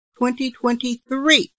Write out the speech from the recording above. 2023